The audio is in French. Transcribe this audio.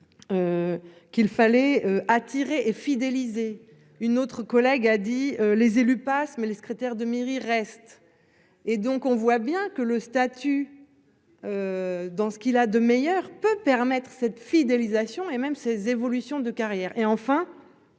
Qu'il fallait attirer et fidéliser une autre collègue a dit les élus passent mais les secrétaires de mairie reste. Et donc on voit bien que le statut. Dans ce qu'il a de meilleur peut permettre cette fidélisation et même ces évolutions de carrière et enfin.